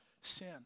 sin